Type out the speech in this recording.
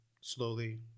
slowly